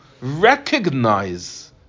recognize